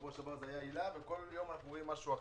בשבוע שעבר זה היה היל"ה ובכל יום אנחנו רואים משהו אחר.